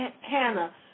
Hannah